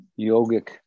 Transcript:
yogic